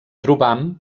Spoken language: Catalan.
trobam